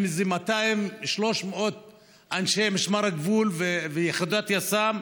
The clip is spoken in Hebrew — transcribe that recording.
עם איזה 300-200 אנשי משמר הגבול ויחידת יס"מ,